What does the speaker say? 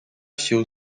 się